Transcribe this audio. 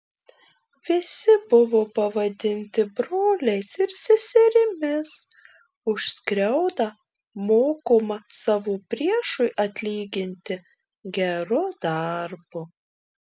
visi buvo pavadinti broliais ir seserimis už skriaudą mokoma savo priešui atlyginti geru darbu